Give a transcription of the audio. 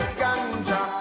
ganja